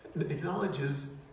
acknowledges